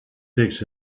pigs